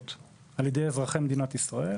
אזרחי מדינת ישראל